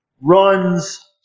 runs